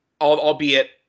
albeit